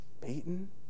beaten